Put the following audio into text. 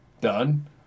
done